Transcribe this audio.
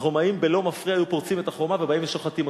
הרומאים בלא מפריע היו פורצים את החומה ובאים ושוחטים אותם,